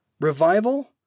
Revival